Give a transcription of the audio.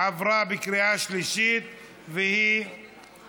התשע"ח 2018, התקבל בקריאה שלישית ונכנס